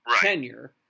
tenure